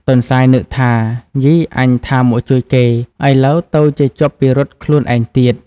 ទន្សាយនឹកថា "យីអញថាមកជួយគេ ឥឡូវទៅជាជាប់ពិរុទ្ធខ្លួនឯងទៀត"។